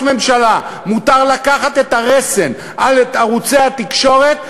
ממשלה מותר לקחת את הרסן של ערוצי התקשורת,